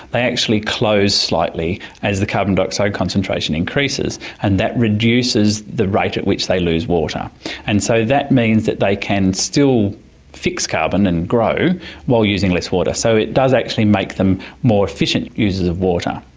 they actually close slightly as the carbon dioxide concentration increases and that reduces the rate at which they lose water and so that means that they can still fix carbon and grow while using less water. so it does actually make them more efficient users of water.